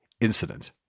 incident